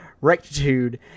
rectitude